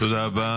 תודה.